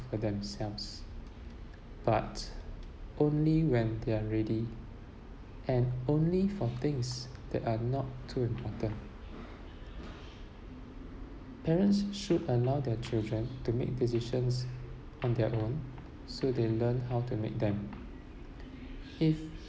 for themselves but only when they're ready and only for things that are not too important parents should allow their children to make decisions on their own so they learn how to make them if